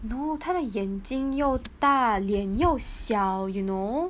no 她的眼睛又大脸又小 you know